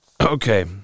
Okay